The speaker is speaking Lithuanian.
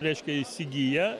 reiškia įsigyja